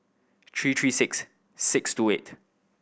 three three six six two eight